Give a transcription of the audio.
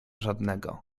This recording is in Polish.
żadnego